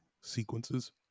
sequences